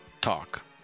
talk